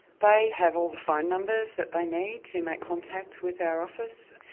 they have all the phone numbers that they need to make contact with our office.